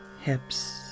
Hips